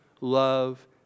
love